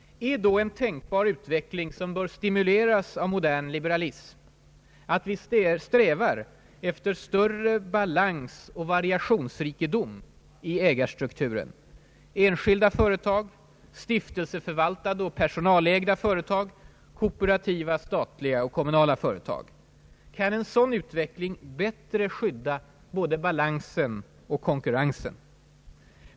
är då en tänkbar utveckling, som bör stimuleras av modern liberalism, att vi strävar efter större balans och variationsrikedom i ägarstrukturen: enskilda företag, stiftelseförvaltade och personalägda företag, kooperativa, statliga och kommunala företag? Kan en sådan utveckling bättre skydda både balansen och konkurrensen?